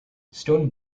stone